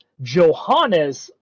Johannes